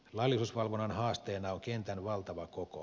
laillisuusvalvonnan haasteena on kentän valtava koko